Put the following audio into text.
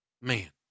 man